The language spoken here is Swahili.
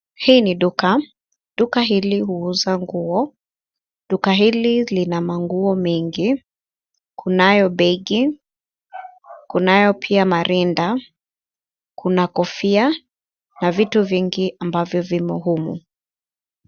Hii ni duka, duka hili huza nguo, duka hili lina manguo mengi, kunayo begi, kunayo pia marinda, kuna kofia na vitu vingi ambavyo vimo humo.